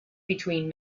between